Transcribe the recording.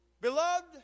Beloved